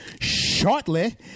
shortly